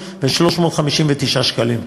3,287,359,000, שקלים,